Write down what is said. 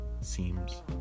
seems